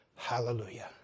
Hallelujah